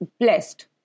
blessed